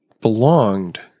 belonged